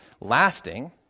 lasting